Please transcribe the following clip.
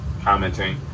Commenting